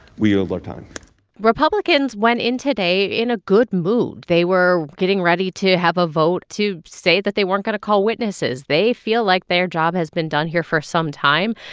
we yield our time republicans went in today in a good mood. they were getting ready to have a vote to say that they weren't going to call witnesses. they feel like their job has been done here for some time.